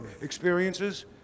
experiences